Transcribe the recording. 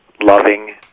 loving